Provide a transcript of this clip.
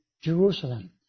Jerusalem